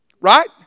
Right